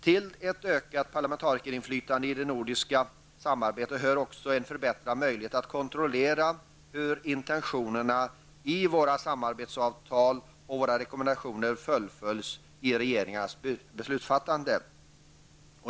Till ett ökat parlamentarikerinflytande i det nordiska samarbetet hör också en förbättrad möjlighet att kontrollera hur intentionerna i våra samarbetsavtal och våra rekommendationer fullföljs i regeringarnas beslutsfattande.